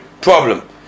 problem